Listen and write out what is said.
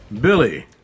Billy